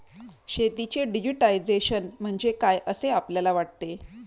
शेतीचे डिजिटायझेशन म्हणजे काय असे आपल्याला वाटते?